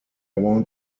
want